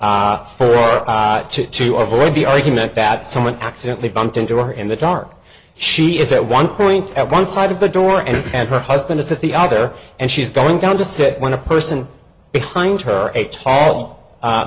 for two to avoid the argument that someone accidently bumped into her in the dark she is at one point at one side of the door and her husband is at the other and she's going down to sit when a person behind her a tall